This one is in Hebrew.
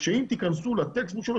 שאם תיכנסו לטקסט בוק שלו,